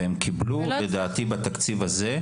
והם קיבלו לדעתי בתקציב הזה.